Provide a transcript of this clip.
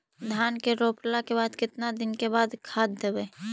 धान के रोपला के केतना दिन के बाद खाद देबै?